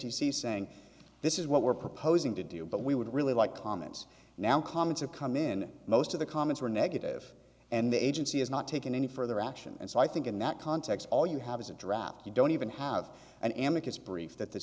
c saying this is what we're proposing to do but we would really like comments now comments have come in most of the comments were negative and the agency has not taken any further action and so i think in that context all you have is a draft you don't even have an amethyst brief that the